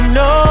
no